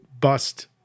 bust